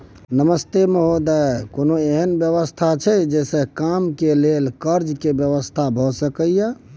नमस्ते महोदय, कोनो एहन व्यवस्था छै जे से कम के लेल कर्ज के व्यवस्था भ सके ये?